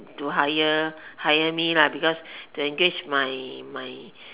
to hire hire me because to engage my my